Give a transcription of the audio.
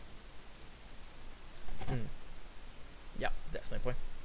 mm yup that's my point